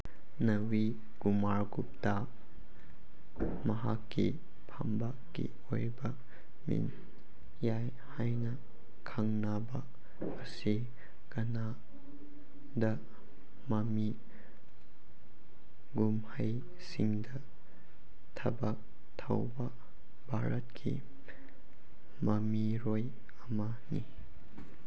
ꯅꯚꯤꯟ ꯀꯨꯃꯥꯔ ꯒꯨꯞꯇ ꯃꯍꯥꯛꯀꯤ ꯐꯝꯕꯥꯛꯀꯤ ꯑꯣꯏꯕ ꯃꯤꯡ ꯌꯥꯏ ꯍꯥꯏꯅ ꯈꯪꯅꯕ ꯑꯁꯤ ꯀꯅꯥꯗ ꯃꯃꯤ ꯀꯨꯝꯍꯩꯁꯤꯡꯗ ꯊꯕꯛ ꯊꯧꯕ ꯚꯥꯔꯠꯀꯤ ꯃꯃꯤꯔꯣꯏ ꯑꯃꯅꯤ